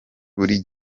buri